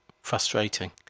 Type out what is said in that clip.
Frustrating